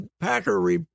Packer